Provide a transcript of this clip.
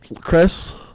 Chris